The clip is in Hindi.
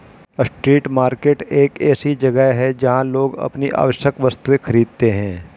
स्ट्रीट मार्केट एक ऐसी जगह है जहां लोग अपनी आवश्यक वस्तुएं खरीदते हैं